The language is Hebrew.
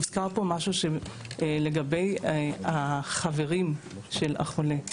הוזכרו פה החברים של החולה.